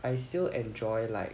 I still enjoy like